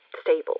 Stable